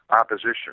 opposition